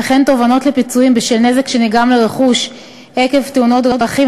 ותובענות לפיצויים בשל נזק שנגרם לרכוש עקב תאונות דרכים,